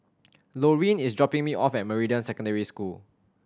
Loreen is dropping me off at Meridian Secondary School